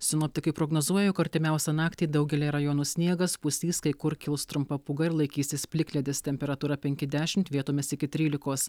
sinoptikai prognozuoja jog artimiausią naktį daugelyje rajonų sniegas pustys kai kur kils trumpa pūga ir laikysis plikledis temperatūra penki dešimt vietomis iki trylikos